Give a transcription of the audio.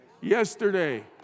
Yesterday